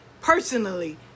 personally